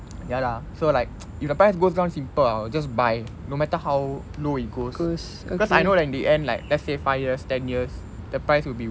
ya lah so like if the price goes down simple I will just by no matter how low it goes cause I know that in the end like let's say five years ten years the price would be